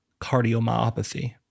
cardiomyopathy